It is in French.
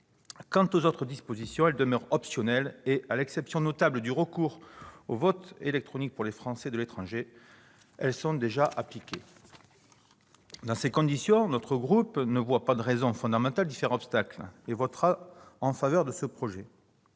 Quant aux autres dispositions, elles demeurent optionnelles et, à l'exception notable du recours au vote électronique pour les Français de l'étranger, elles sont déjà appliquées. Dans ces conditions, le groupe Les Républicains ne voit pas de raison fondamentale de faire obstacle à ce projet